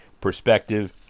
perspective